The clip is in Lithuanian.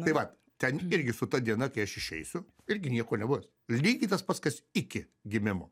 tai vat ten irgi su ta diena kai aš išeisiu irgi nieko nebus lygiai tas pats kas iki gimimo